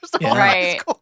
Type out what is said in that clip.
Right